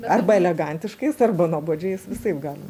arba elegantiškais arba nuobodžiais visaip galima